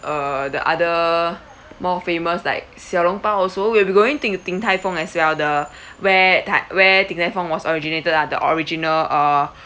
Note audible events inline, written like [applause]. err the other more famous like 小笼包 also we'll be going to ding tai fung as well the [breath] where ta~ where ding tai fung was originated lah the original uh